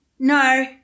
No